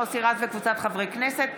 מוסי רז וקבוצת חברי כנסת.